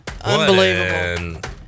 Unbelievable